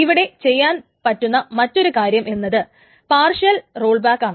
ഇവിടെ ചെയ്യാൻ പറ്റുന്ന മറ്റൊരുകാര്യം എന്നത് പാർഷ്യൽ റോൾ ബാക്ക് ആണ്